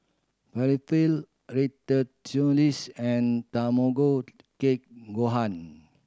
Falafel and Tamago Kake Gohan